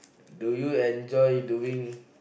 do you enjoy doing